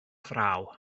fraw